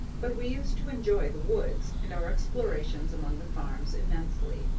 but we used to enjoy the woods, and our explorations among the farms, immensely.